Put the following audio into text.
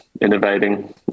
innovating